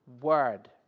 word